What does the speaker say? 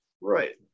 right